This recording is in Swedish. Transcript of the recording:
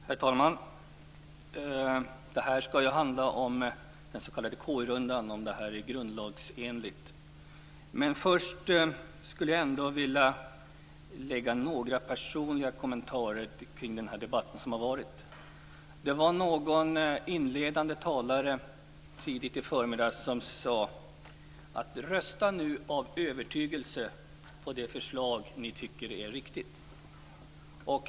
Herr talman! Det är nu fråga om KU-rundan och om det hela är grundlagsenligt. Först vill jag lägga några personliga kommentarer till den tidigare debatten. Det var en inledande talare som tidigt i förmiddags sade: "Rösta av övertygelse på det förslag ni tycker är riktigt."